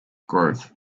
growth